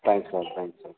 thanks sir thanks sir